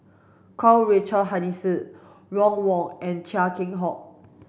Karl Richard Hanitsch Ron Wong and Chia Keng Hock